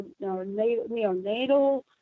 neonatal